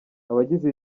abagize